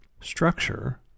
structure